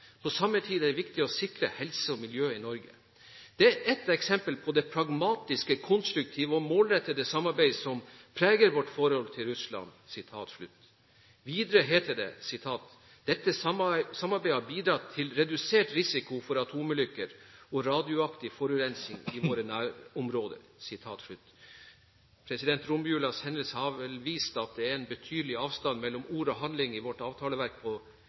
På samme tid er dette viktig for å sikre helse og miljø i Norge. Det er et eksempel på det pragmatiske, konstruktive og målrettede samarbeidet som preger vårt forhold til Russland.» Videre heter det: «Dette samarbeidet har bidratt til redusert risiko for atomulykker og radioaktiv forurensing i våre nærområder.» Romjulas hendelse har vel vist at det er en betydelig avstand mellom ord og handling i vårt avtaleverk på